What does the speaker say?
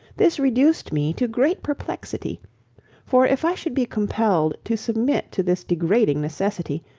this reduced me to great perplexity for if i should be compelled to submit to this degrading necessity,